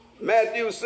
Matthew